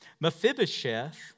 Mephibosheth